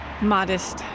modest